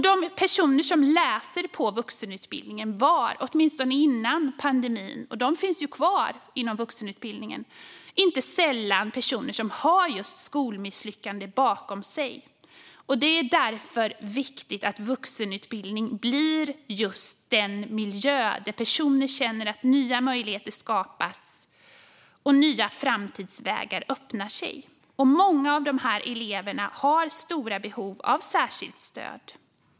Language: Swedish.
De personer som läste på vuxenutbildningen före pandemin och som ju finns kvar där var inte sällan personer som hade ett skolmisslyckande bakom sig. Därför är det viktigt att vuxenutbildningen blir just den miljö där personer känner att nya möjligheter skapas och nya framtidsvägar öppnar sig. Många av dessa elever har stora behov av särskilt stöd.